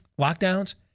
lockdowns